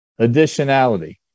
Additionality